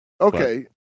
Okay